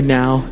now